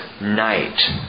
night